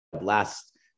last